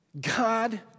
God